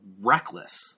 reckless